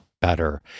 better